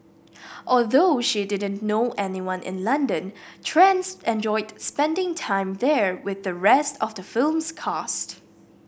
although she didn't know anyone in London Trans enjoyed spending time there with the rest of the film's cast